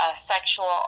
sexual